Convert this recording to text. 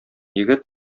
егет